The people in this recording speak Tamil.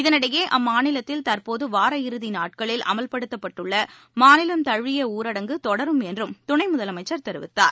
இதனிடையே அம்மாநிலத்தில் தற்போது வார இறுதி நாட்களில் அமல் படுத்தப்பட்டுள்ள மாநிலம் தழுவிய ஊரடங்கு தொடரும் என்றும் துணை முதலமைச்சர் தெரிவித்துள்ளார்